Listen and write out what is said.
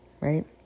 right